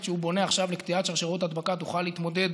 שהוא בונה עכשיו לקטיעת שרשראות ההדבקה תוכל להתמודד